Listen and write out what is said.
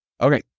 Okay